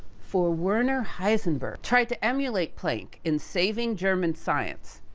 for werner heisenberg, tried to emulate planck, in saving german science.